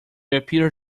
appears